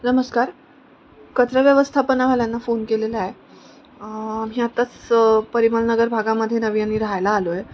नमस्कार कचरा व्यवस्थापनावाल्यांना फोन केलेला आहे मी आत्ताच परिमलनगर भागामध्ये नव्याने राहायला आलो आहे